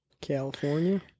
California